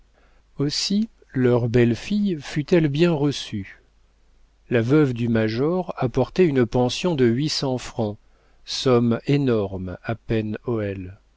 aussi leur belle-fille fut-elle bien reçue la veuve du major apportait une pension de huit cents francs somme énorme à pen hoël les